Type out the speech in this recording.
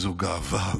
באיזו גאווה,